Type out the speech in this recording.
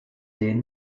den